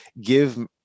give